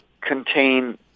contain